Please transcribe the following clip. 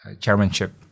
chairmanship